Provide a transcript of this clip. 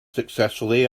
successfully